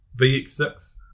VX6